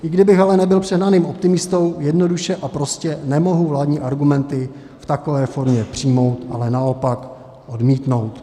I kdybych ale nebyl přehnaným optimistou, jednoduše a prostě nemohu vládní argumenty v takové formě přijmout, ale naopak odmítnout.